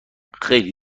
خیلی